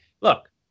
Look